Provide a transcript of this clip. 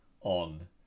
on